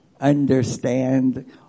understand